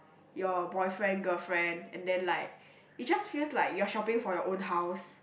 your boyfriend girlfriend and then like it just feels like you are shopping for your own house